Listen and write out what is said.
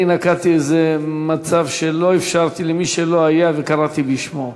אני נקטתי איזה מצב שלא אפשרתי למי שלא היה וקראתי בשמו,